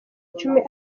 icumi